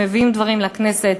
שמביאים דברים לכנסת.